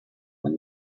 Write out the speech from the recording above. when